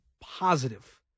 positive